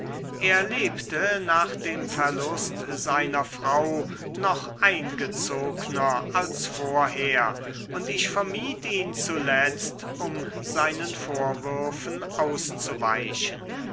er lebte nach dem verlust seiner frau noch eingezogner als vorher und ich vermied ihn zuletzt um seinen vorwürfen auszuweichen